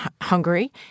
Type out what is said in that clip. Hungary